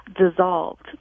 dissolved